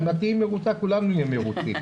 ואם את תהיי מרוצה כולנו נהיה מרוצים.